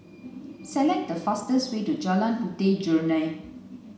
select the fastest way to Jalan Puteh Jerneh